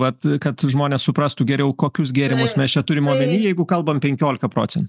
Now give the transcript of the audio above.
vat kad žmonės suprastų geriau kokius gėrimus mes čia turim omeny jeigu kalbam penkiolika procentų